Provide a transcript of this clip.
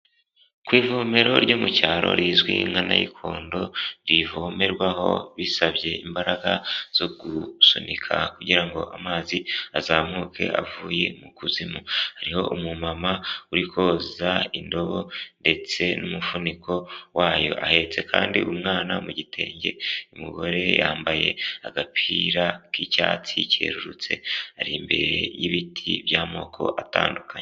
Ku ivomero ryo mu cyaro rizwi in nka Nayikondo rivomerwaho bisabye imbaraga zo gusunika kugira ngo amazi azamuke avuye mu kuzimu, hariho umumama uri koza indobo ndetse n'umufuniko wayo, ahetse kandi umwana mu gitenge, umugore yambaye agapira k'icyatsi kerurutse ari imbere y'ibiti by'amoko atandukanye.